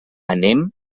anem